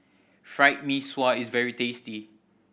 Fried Mee Sua is very tasty